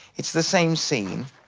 it's the same scene.